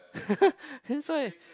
that's why